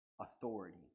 authority